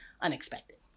unexpected